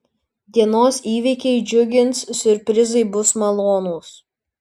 dienos įvykiai džiugins siurprizai bus malonūs